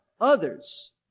others